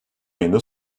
ayında